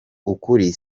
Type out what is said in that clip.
ukuri